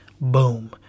Boom